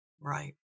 Right